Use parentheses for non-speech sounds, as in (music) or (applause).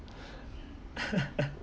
(laughs)